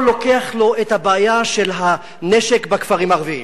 או נותן לו את הבעיה של הנשק בכפרים הערביים,